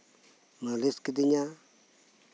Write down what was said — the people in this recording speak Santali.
ᱠᱤᱫᱤᱧᱟ